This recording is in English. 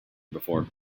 before